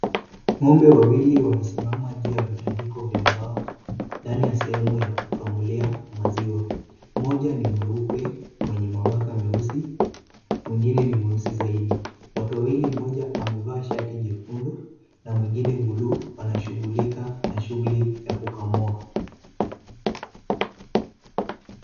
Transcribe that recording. Ng'ombe wawili wamesimama juu ya vitandiko vya mbao, ndani ya sehemu ya kukamulia maziwa , mmoja ni mweupe mwenye mabaka meusi mwingine ni mweusi zaidi, watu wawili mmoja amevaa shati jekundu na mwingine buluu wanashughulika na shugli ya kukamua.